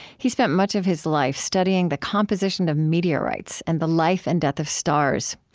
he spent much of his life studying the composition of meteorites and the life and death of stars.